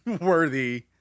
worthy